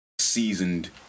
seasoned